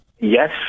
Yes